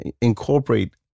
incorporate